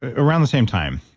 ah around the same time,